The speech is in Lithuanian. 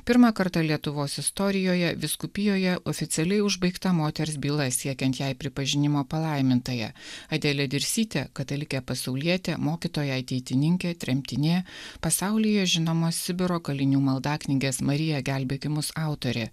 pirmą kartą lietuvos istorijoje vyskupijoje oficialiai užbaigta moters byla siekiant jai pripažinimo palaimintąja adelė dirsytė katalikė pasaulietė mokytoja ateitininkė tremtinė pasaulyje žinomos sibiro kalinių maldaknygės marija gelbėki mus autorė